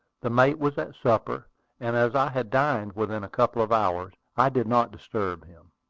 the mate was at supper and as i had dined within a couple of hours, i did not disturb him.